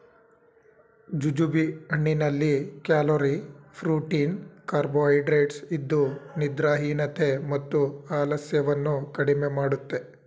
jujube ಹಣ್ಣಿನಲ್ಲಿ calorie, protein carbohydrates ಇದ್ದು ನಿದ್ರಾಹೀನತೆ ಮತ್ತು ಆಲಸ್ಯವನ್ನು ಕಡಿಮೆ ಮಾಡುತ್ತೆ